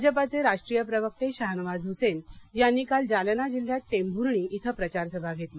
भाजपाचे राष्ट्रीय प्रवक्ते शहानवाज हुसेन यांनी काल जालना जिल्ह्यात टेंभूर्णी इथं प्रचार सभा घेतली